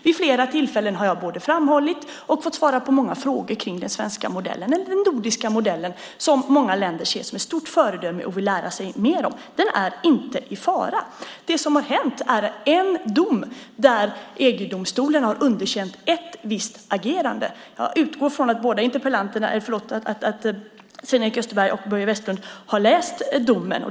Vid flera tillfällen har jag framhållit och även fått svara på många frågor om den svenska modellen, den nordiska modellen, som många länder ser som ett stort föredöme och vill lära sig mer om. Den är inte i fara. Det som har hänt är att vi har fått en dom där EG-domstolen har underkänt ett visst agerande. Jag utgår från att Sven-Erik Österberg och Börje Vestlund har läst domen.